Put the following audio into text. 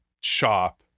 shop